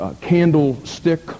candlestick